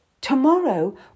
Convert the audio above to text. Tomorrow